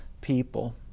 people